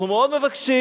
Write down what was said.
אנחנו מאוד מבקשים,